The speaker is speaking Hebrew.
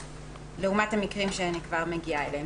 לעומת המקרים שכבר נגיע אליהם.